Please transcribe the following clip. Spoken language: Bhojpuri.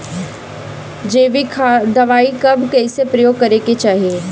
जैविक दवाई कब कैसे प्रयोग करे के चाही?